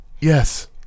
Yes